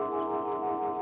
oh